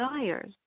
desires